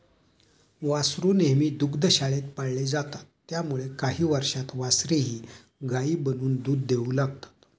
वासरू नेहमी दुग्धशाळेत पाळले जातात त्यामुळे काही वर्षांत वासरेही गायी बनून दूध देऊ लागतात